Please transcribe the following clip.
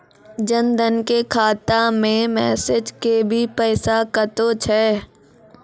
जन धन के खाता मैं मैसेज के भी पैसा कतो छ?